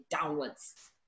downwards